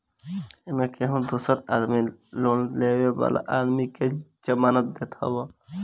एमे केहू दूसर आदमी लोन लेवे वाला आदमी के जमानत देत हवे